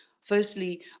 firstly